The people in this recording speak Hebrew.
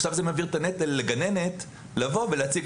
עכשיו זה מעביר את הנטל לגננת לבוא ולהציג